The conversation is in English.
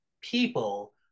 people